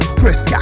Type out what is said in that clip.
press